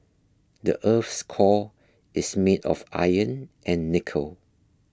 the earth's core is made of iron and nickel